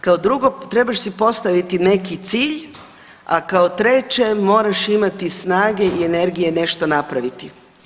Kao drugo trebaš si postaviti neki cilj, a kao treće moraš imati snage i energije nešto napraviti.